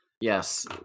Yes